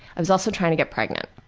i was also trying to get pregnant.